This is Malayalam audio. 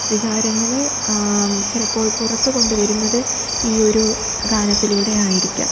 വികാരങ്ങളെ ചിലപ്പോൾ പുറത്തുകൊണ്ടുവരുന്നത് ഈ ഒരു ഗാനത്തിലൂടെ ആയിരിക്കാം